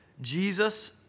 Jesus